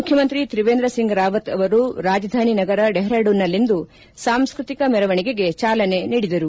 ಮುಖ್ಯಮಂತ್ರಿ ತ್ರಿವೇಂದ್ರ ಸಿಂಗ್ ರಾವತ್ ಅವರು ರಾಜಧಾನಿ ನಗರ ಡೆಹ್ರಾಡೂನ್ನಲ್ಲಿಂದು ಸಾಂಸ್ತತಿಕ ಮೆರವಣಿಗೆಗೆ ಚಾಲನೆ ನೀಡಿದರು